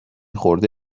خورده